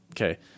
okay